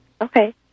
Okay